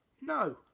No